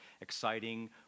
exciting